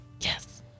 Yes